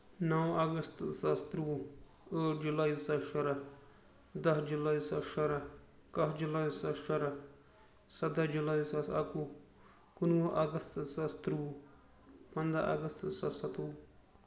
نو August زٕ ساس ترٛۆوُہ ٲٹھ جولاے زٕ ساس شُرہ دہ جولاے زٕ ساس شُرہ کاہہ جولاے زٕ ساس شُرہ سَدہ جولاے زٕ ساس اَکہٕ وُہ کُنہٕ وُہ اَگست زٕ ساس ترٛوٚوُہ پندہ اَگست زٕ ساس سَتووُہ